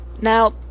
Now